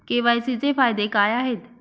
KYC चे फायदे काय आहेत?